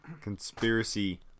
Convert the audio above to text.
Conspiracy